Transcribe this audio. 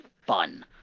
fun